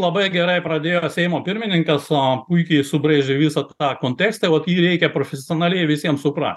labai gerai pradėjo seimo pirmininkas puikiai subraižė visą tą kontekstą vat jį reikia profesionaliai visiem suprast